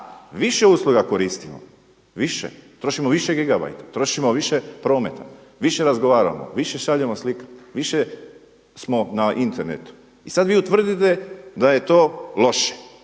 više usluga koristimo, više, trošimo više gigabajta, trošimo više prometa, više razgovaramo, više šaljemo slika, više smo na internetu i sada vi tvrdite da je to loše.